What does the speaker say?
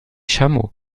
chameau